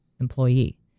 employee